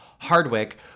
Hardwick